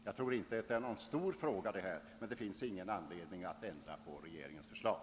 Jag anser inte att detta är någon stor fråga, och det finns ingen anledning att ändra på regeringens förslag.